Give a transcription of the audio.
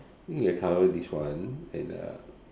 think I cover this one and uh